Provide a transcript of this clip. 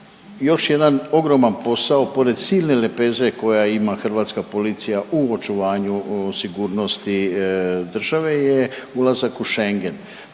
Još jedan ogroman posao, pored silne lepeze koja ima hrvatska policija u očuvanju sigurnosti države je ulazak u Schengen